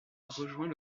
rejoint